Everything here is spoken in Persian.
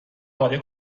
اماده